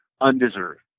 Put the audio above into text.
undeserved